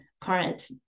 current